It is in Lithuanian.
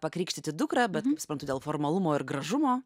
pakrikštyti dukrą bet suprantu dėl formalumo ir gražumo